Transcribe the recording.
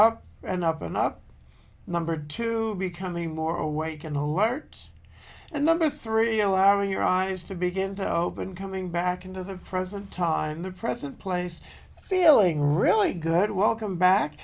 up and up and up number two becoming more awake and alert and number three allowing your eyes to begin to open coming back into the present time in the present place feeling really good welcome back